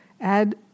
...add